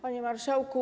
Panie Marszałku!